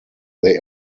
they